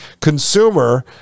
consumer